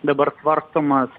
dabar svarstomas